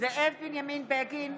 זאב בנימין בגין,